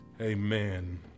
Amen